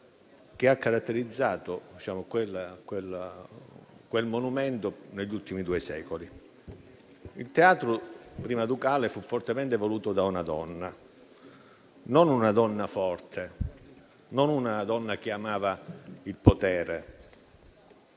che lo ha caratterizzato negli ultimi due secoli. Il teatro, in origine Ducale, fu fortemente voluto da una donna: non una donna forte, non una donna che amava il potere,